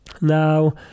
Now